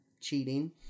cheating